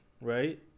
right